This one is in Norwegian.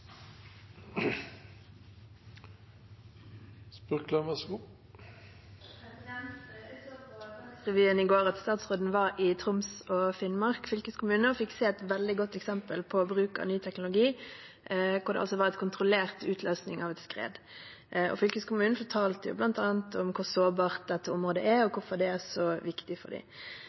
replikkordskifte. Jeg så på Dagsrevyen i går at statsråden var i Troms og Finnmark fylkeskommune og fikk se et veldig godt eksempel på bruk av ny teknologi. Det var en kontrollert utløsning av et skred. Fylkeskommunen fortalte bl.a. om hvor sårbart dette området er, og hvorfor dette er så viktig for